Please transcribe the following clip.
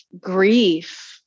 grief